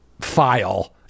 file